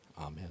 amen